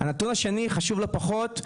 הנתון השני הוא חשוב לא פחות.